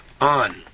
on